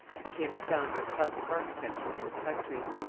and became the founder of classic architecture in this country.